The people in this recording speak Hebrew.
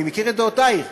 אני מכיר את דעותייך.